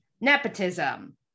Nepotism